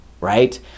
right